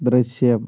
ദൃശ്യം